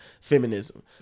feminism